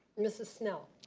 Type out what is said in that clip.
mrs. snell.